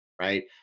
Right